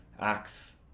acts